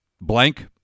blank